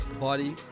body